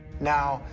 now,